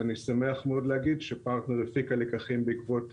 אני שמח מאוד להגיד שפרטנר הפיקה לקחים בעקבות